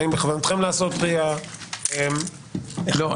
האם בכוונתכם לעשות RIA. לא,